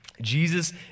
Jesus